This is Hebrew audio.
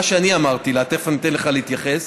מה שאני אמרתי לה, תכף אני אתן לך להתייחס,